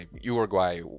Uruguay